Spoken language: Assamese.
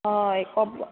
অ